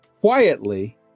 quietly